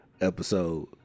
episode